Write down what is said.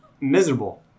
miserable